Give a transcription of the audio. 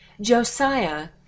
Josiah